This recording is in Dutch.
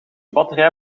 batterij